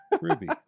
ruby